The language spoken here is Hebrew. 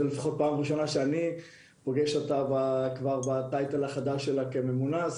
הפעם הראשונה שאני פוגש אותה בכובעה החדש כממונה.